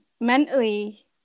mentally